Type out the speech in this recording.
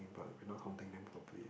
but we not counting them properly